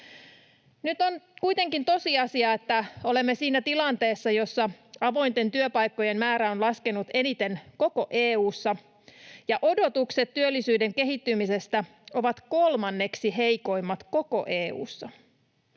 Nyt on kuitenkin tosiasia, että olemme siinä tilanteessa, jossa avointen työpaikkojen määrä on laskenut eniten koko EU:ssa ja odotukset työllisyyden kehittymisestä ovat kolmanneksi heikoimmat koko EU:ssa.